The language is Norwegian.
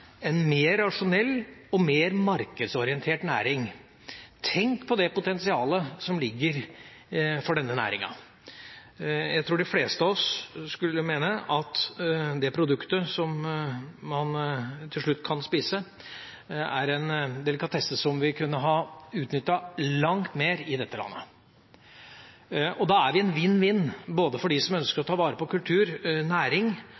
en mer rasjonell og markedsorientert næring. Tenk på det potensialet som er i denne næringa. Jeg tror de fleste av oss skulle mene at det produktet man til slutt kan spise, er en delikatesse som vi kunne ha utnyttet langt mer i dette landet. Da er vi i en vinn-vinn-situasjon, både når det gjelder å ta vare på kultur og næring,